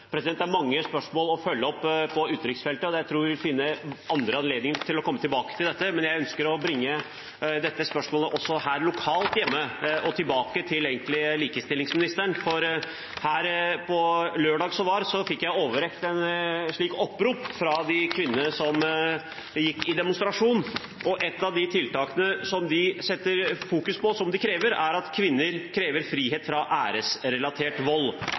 Det er mange spørsmål å følge opp på utenriksfeltet, og jeg tror vi vil finne andre anledninger til å komme tilbake til dette. Jeg ønsker å bringe dette spørsmålet også hjem, tilbake til likestillingsministeren. På lørdag som var fikk jeg overrakt et opprop fra kvinnene som gikk i demonstrasjon. Et av de tiltakene som de fokuserer på, handler om at kvinner krever frihet fra æresrelatert vold.